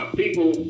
people